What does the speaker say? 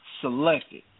selected